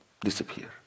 disappear